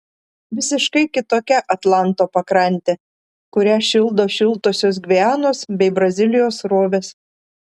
visiškai kitokia atlanto pakrantė kurią šildo šiltosios gvianos bei brazilijos srovės